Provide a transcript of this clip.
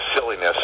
silliness